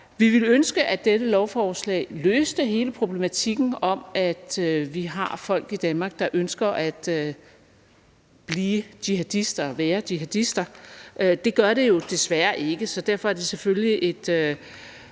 Vi ville ønske, at dette lovforslag løste hele problematikken om, at vi har folk i Danmark, der ønsker at være jihadister. Det gør det jo desværre ikke, så derfor er det selvfølgelig et